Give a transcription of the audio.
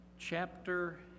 chapter